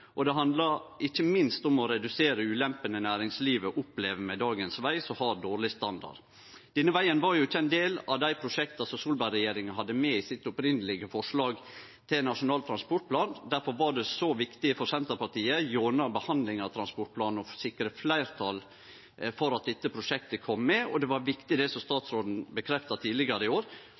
og det handlar ikkje minst om å redusere ulempene næringslivet opplever med dagens veg, som har dårleg standard. Denne vegen var ikkje ein del av dei prosjekta som Solberg-regjeringa hadde med i sitt opphavlege forslag til Nasjonal transportplan. Difor var det så viktig for Senterpartiet, gjennom handsaminga av transportplanen, å sikre fleirtal for at dette prosjektet kom med. Det var også viktig, det statsråden bekrefta tidlegare i år,